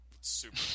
super